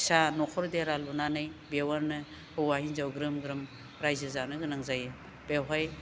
फिसा न'खर देरा लुनानै बेयावनो हौवा हिनजाव ग्रोम ग्रोम रायजो जानो गोनां जायो बेवहाय